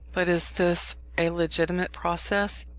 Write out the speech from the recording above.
but is this a legitimate process?